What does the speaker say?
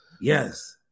Yes